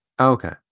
Okay